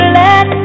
let